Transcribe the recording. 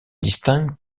distinguent